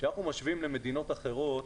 כשאנחנו משווים למדינות אחרות,